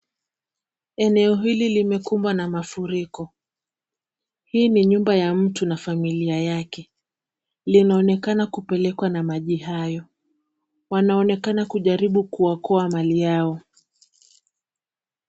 Eneo hili limekumbwa na mafuriko. Hii ni nyumba ya mtu na familia yake. Inaonekana kupelekwa na maji hayo. Wanaonekana kujaribu kuokoa mali yao.